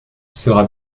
sera